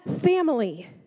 family